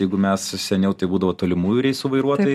jeigu mes seniau tai būdavo tolimųjų reisų vairuotojai